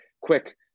quick